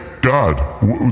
God